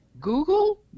Google